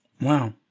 Wow